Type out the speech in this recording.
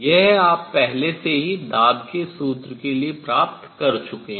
यह आप पहले से ही दाब के सूत्र के लिए प्राप्त कर चुके हैं